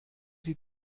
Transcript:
sie